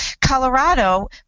Colorado